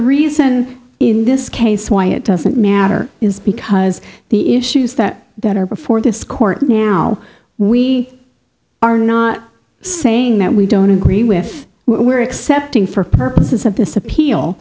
reason in this case why it doesn't matter is because the issues that that are before this court now we are not saying that we don't agree with what we're accepting for purposes of this appeal